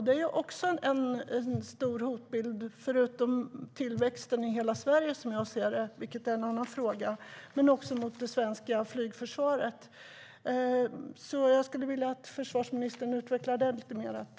Det är också en stor hotbild när det gäller det svenska flygförsvaret, förutom tillväxten i hela Sverige, vilket är en annan fråga.